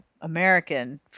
American